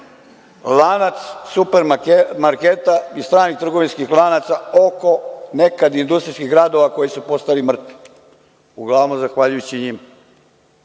lanac supermarketa i stranih trgovinskih lanaca oko nekad industrijskih gradova koji su postali mrtvi, uglavnom zahvaljujući njima,